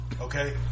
Okay